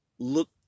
look